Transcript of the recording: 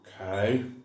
Okay